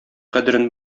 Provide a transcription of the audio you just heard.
кадерен